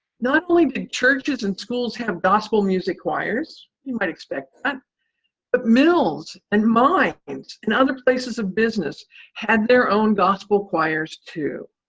not only big churches and schools had gospel music choirs you might expect that but mills, and mines, and and other places of business had their own gospel choirs too.